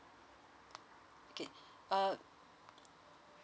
okay uh